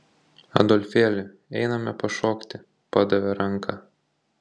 adolfėli einame pašokti padavė ranką